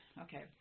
Okay